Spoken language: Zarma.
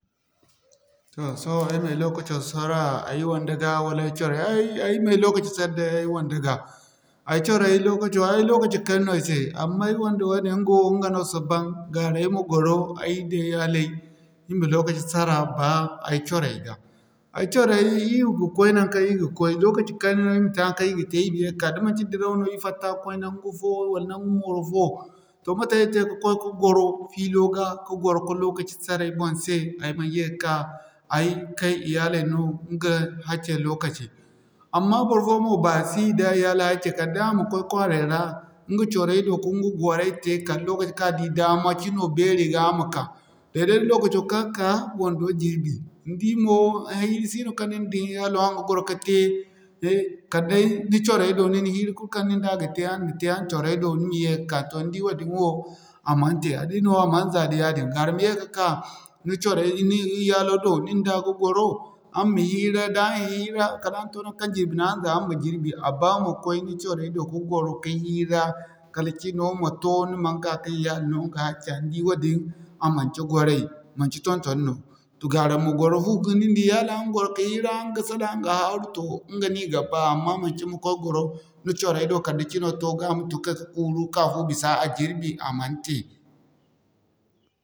Toh sohõ ay ma ay lokaco sara ay wande ga wala ay coro ga, ay ay'ma ay lokaci sara day ay wande ga. Ay coray lokaco ay lokaci kayna no i se amma ay wande wane ay ɲga no si ban gaara ay ma gwaro ay da iyalai, ir ma lokaci sara, ba ay coray ga. Ay coray ir ga koy naŋkaŋ ir ga koy lokaci kayna no ir ma te haŋkaŋ ir ga te ir ma yee ka'ka da manci diraw no ir fatta koy naŋgu fo, wala naŋgu mooro fo, toh mate ay ga te ka'koy ka gwaro filo ga ka lokaci sara ay boŋ se ay man ye ka'ka ay kay iyalai no ka hacci lokaci. Amma barfoyaŋ mo baasi da iyali hacci kala day a ma koy kwaaray ra ɲga coray do ka ɲga gwaray te kala lokaci ka di daama cino beeri ga a ma ka. Day'day da lokaco kaŋ a ka, wando jirbi. Ni di mo, hiira sino kaŋ nin da ni iyalo, araŋ ga gwaro kate kala day ni coray do nin hira kulu kaŋ nin da ga te araŋ na te araŋ coray do ni ma yee ka'ka. Toh ni di woodin wo, a man te, addini wo a man za da yaadin. Gara ma ye ka'ka, ni coray ni iyalo do nin da ga gwaro araŋ ma hiira, da araŋ hiira kala da araŋ to naŋkaŋ jirbi na araŋ za amma jirbi a ba ma koy ni coray do ka gwaro ka hira kala cino ma to ni man ka kin iyali no ɲga hacca. Ni di wadin a manci gwaray manci ton-toni no gaara ma gwaro fu nin da ni iyalo araŋ ga gwaro ka hiira araŋ ga salan araŋ ga haaru ɲga no i ga ba. Amma manci ni ma koy gwaro ni coray do kala da cino to ga ma tun kay ka kuuru ka fu bisa a jirbi, a mante.